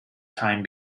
time